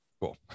cool